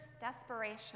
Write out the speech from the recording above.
desperation